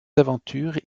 aventures